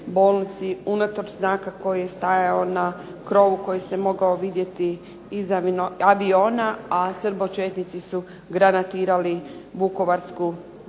bolnici unatoč znaka koji je stajao na krovu koji se mogao vidjeti iz aviona, a srbočetnici su granatirali vukovarsku bolnicu.